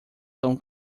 são